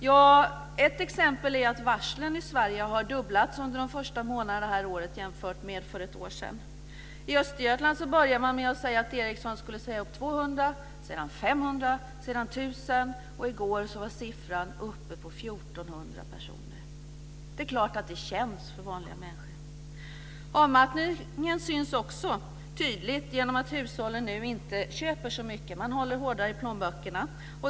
Ja, ett exempel är att varslen i Sverige har fördubblats sedan de första månaderna i år jämfört med för ett år sedan. I Östergötland började man med att säga att Ericsson skulle säga upp 200, sedan 500, sedan 1 000 och i går var siffran uppe på 1 400 personer. Det är klart att det känns för vanliga människor. Avmattningen syns också tydligt genom att hushållen nu inte köper så mycket. De håller hårdare i plånböckerna.